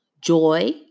joy